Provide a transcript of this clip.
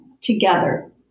together